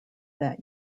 that